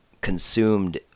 consumed